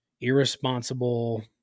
irresponsible